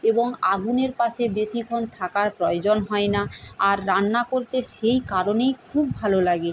এবং আগুনের পাশে বেশিক্ষণ থাকার প্রয়োজন হয় না আর রান্না করতে সেই কারণেই খুব ভালো লাগে